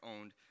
owned